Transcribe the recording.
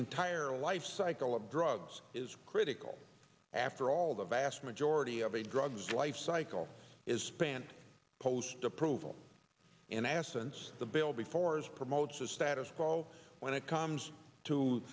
entire lifecycle of drugs is critical after all the vast majority of a drugs life cycle is spent post approval in essence the bill before is promotes a status quo when it comes to